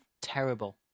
terrible